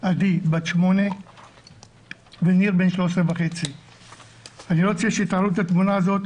עדי בת שמונה וניר בן 13.5. אני רוצה שתתארו את התמונה הזאת,